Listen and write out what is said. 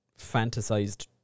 fantasized